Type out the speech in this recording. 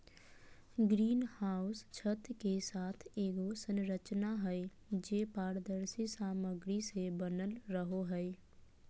green house छत के साथ एगो संरचना हइ, जे पारदर्शी सामग्री से बनल रहो हइ